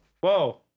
Whoa